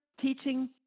teaching